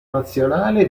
nazionale